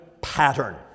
pattern